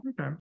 Okay